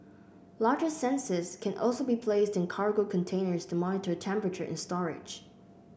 larger sensors can also be placed in cargo containers to monitor temperature in storage